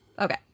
Okay